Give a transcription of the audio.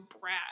brat